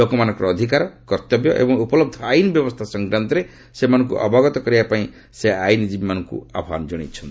ଲୋକମାନଙ୍କର ଅଧିକାର କର୍ତ୍ତବ୍ୟ ଏବଂ ଉପଲବ୍ଧ ଆଇନ ବ୍ୟବସ୍ଥା ସଂକ୍ରାନ୍ତରେ ସେମାନଙ୍କୁ ଅବଗତ କରାଇବାପାଇଁ ସେ ଆଇନଜୀବୀମାନଙ୍କୁ ଆହ୍ୱାନ ଜଣାଇଛନ୍ତି